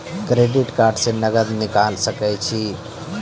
Credit card से नगद निकाल सके छी?